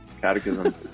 catechism